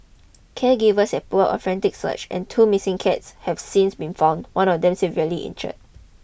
caregivers have put up a frantic search and two missing cats have since been found one of them severely injured